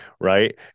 right